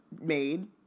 made